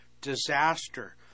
disaster